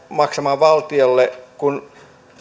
maksamaan valtiolle kun